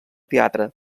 teatre